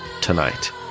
tonight